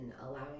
allowing